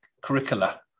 curricula